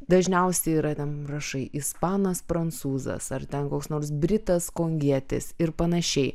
dažniausiai yra ten rašai ispanas prancūzas ar ten koks nors britas kongietis ir panašiai